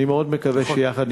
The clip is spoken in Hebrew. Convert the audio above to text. אני מאוד מקווה שיחד נתגבר עליו.